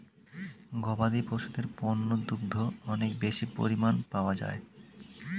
গবাদি পশুদের পণ্য দুগ্ধ অনেক বেশি পরিমাণ পাওয়া যায়